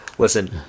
Listen